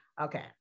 Okay